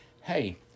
hey